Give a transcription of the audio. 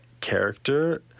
character